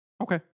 Okay